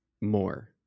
more